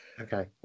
Okay